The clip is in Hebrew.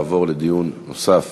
יעבור לדיון נוסף